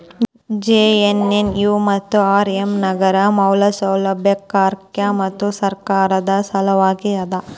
JNNU ಮತ್ತು RM ನಗರ ಮೂಲಸೌಕರ್ಯಕ್ಕ ಮತ್ತು ಸರ್ಕಾರದ್ ಸಲವಾಗಿ ಅದ